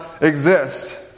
exist